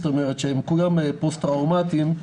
שהם כולם פוסט טראומטיים,